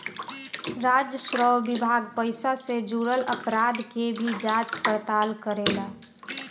राजस्व विभाग पइसा से जुरल अपराध के भी जांच पड़ताल करेला